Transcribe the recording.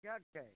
केहन छै